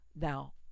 now